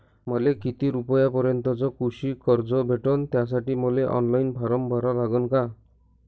मले किती रूपयापर्यंतचं कृषी कर्ज भेटन, त्यासाठी मले ऑनलाईन फारम भरा लागन का?